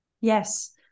Yes